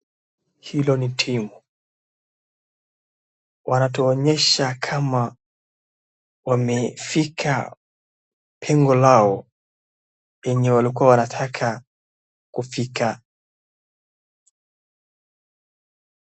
Hilo ni timu, wanatuonyesha kama wamefika lengo lao lenye walikuwa wanataka kufika.